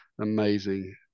amazing